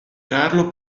carlo